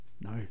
No